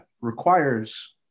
requires